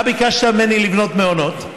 אתה ביקשת ממני לבנות מעונות,